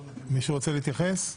מישהו רוצה להתייחס?